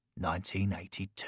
1982